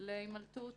להימלטות